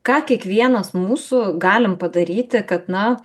ką kiekvienas mūsų galim padaryti kad na